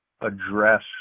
address